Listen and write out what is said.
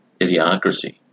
idiocracy